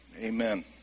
Amen